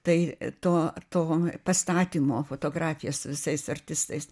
tai to to pastatymo fotografija su visais artistais